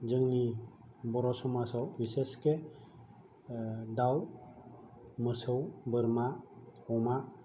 जोंनि बर' समाजाव बिसेसके दाउ मोसौ बोरमा अमा